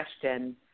question